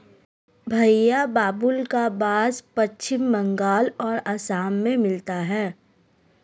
भईया बाबुल्का बास पश्चिम बंगाल और असम में मिलता है